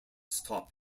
stop